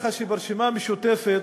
שהייתה לנו, ברשימה המשותפת,